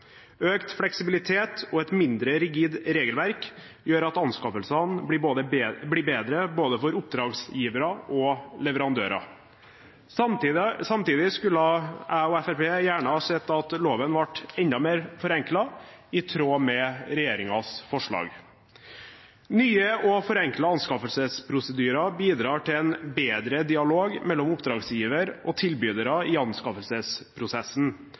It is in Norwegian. Økt fleksibilitet og et mindre rigid regelverk gjør at anskaffelsene blir bedre for både oppdragsgivere og leverandører. Samtidig skulle jeg og Fremskrittspartiet gjerne sett at loven ble enda mer forenklet, i tråd med regjeringens forslag. Nye og forenklede anskaffelsesprosedyrer bidrar til en bedre dialog mellom oppdragsgiver og tilbydere i anskaffelsesprosessen,